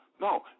No